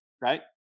Right